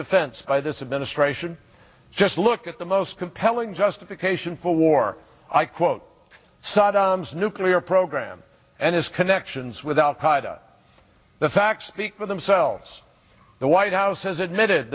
offense by this administration just look at the most compelling justification for war i quote saddam's nuclear program and his connections with al qaeda the facts speak for themselves the white house has admitted